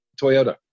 Toyota